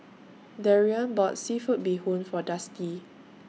Darrien bought Seafood Bee Boon For Dusty